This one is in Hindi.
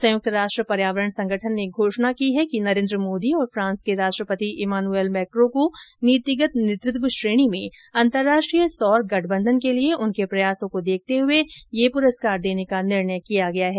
संयुक्त राष्ट्र पर्यावरण संगठन ने घोषणा की है कि नरेन्द्र मोदी और फ्रांस के राष्ट्रपति इमानुएल मैक्रों को नीतिगत नेतृत्व श्रेणी में अंतर्राष्ट्रीय सौर गठबंधन के लिए उनके प्रयासों को देखते हुए यह पुरस्कार देर्न का निर्णय किया गया है